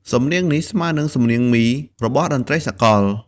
សំនៀងនេះស្មើសំនៀងមី របស់តន្ដ្រីសាកល។